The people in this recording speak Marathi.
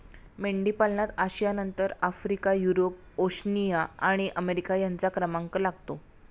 मेंढीपालनात आशियानंतर आफ्रिका, युरोप, ओशनिया आणि अमेरिका यांचा क्रमांक लागतो